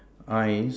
eyes